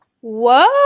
Whoa